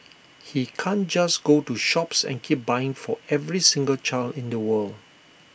he can't just go to shops and keep buying for every single child in the world